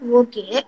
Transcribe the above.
okay